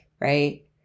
right